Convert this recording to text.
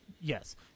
Yes